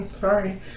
sorry